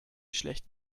schlecht